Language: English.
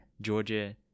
Georgia